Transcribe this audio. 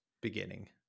beginning